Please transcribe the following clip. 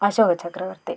അശോകചക്രവർത്തി